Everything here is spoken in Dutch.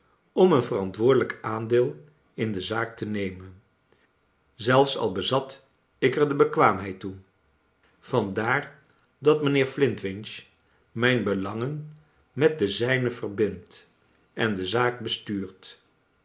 om een verantwoordelijk aandeel in de zaak te nemen zelfs al bezat ik er de bekwaamheid toe vandaar dat mijnheer flintwinch mijn belangen met de zijne verbindt en de zaak bestuurt